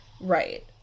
right